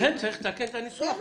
לכן צריך לתקן כאן את הניסוח.